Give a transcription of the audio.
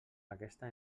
aquesta